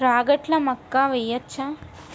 రాగట్ల మక్కా వెయ్యచ్చా?